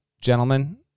Gentlemen